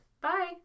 Bye